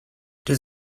does